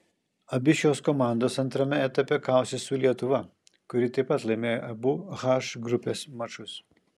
abi šios komandos antrame etape kausis su lietuva kuri taip pat laimėjo abu h grupės mačus